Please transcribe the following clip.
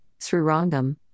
Srirangam